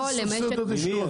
מה זה סובסידיות ישירות?